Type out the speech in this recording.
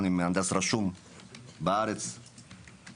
קוראים לעצמם יהודים משיחיים.